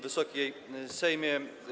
Wysoki Sejmie!